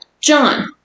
John